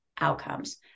outcomes